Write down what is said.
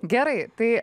gerai tai